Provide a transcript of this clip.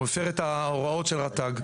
הוא הפר את ההוראות של רט"ג,